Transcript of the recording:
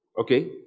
Okay